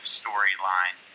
storyline